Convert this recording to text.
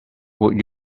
would